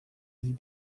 sie